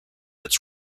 its